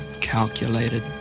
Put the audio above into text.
calculated